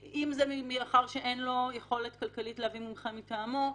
מאחר שאין לו יכולת כלכלית להביא מומחה מטעמו,